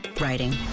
writing